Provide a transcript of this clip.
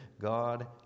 God